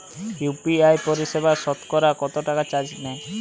UPI পরিসেবায় সতকরা কতটাকা চার্জ নেয়?